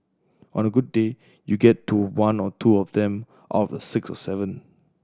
on a good day you get to one or two of them of the six or seven